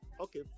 Okay